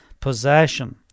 possession